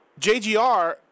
JGR